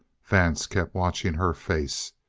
vance kept watching her face.